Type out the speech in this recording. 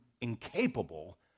incapable